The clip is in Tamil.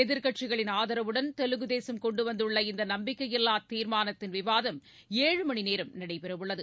எதிர்க்கட்சிகளின் ஆதரவுடன் தெலுங்குதேசம் கொண்டுவந்துள்ள இந்தநம்பிக்கையில்லாதீர்மானத்தின் விவாதம் ஏழு மணிநேரம் நடைபெறவுள்ளது